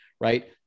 right